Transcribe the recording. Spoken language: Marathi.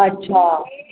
अच्छा